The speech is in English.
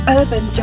Urban